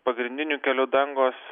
pagrindinių kelių dangos